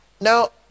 now